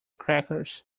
crackers